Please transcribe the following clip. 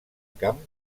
camp